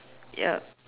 ya